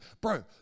bro